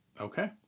Okay